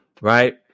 Right